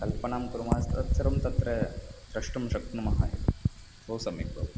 कल्पनां कुर्मः स्तत् सर्वं तत्र द्रष्टुं शक्नुमः एव बहु सम्यक् भवति